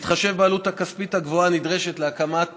בהתחשב בעלות הכספית הגבוהה הנדרשת להקמת